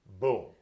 boom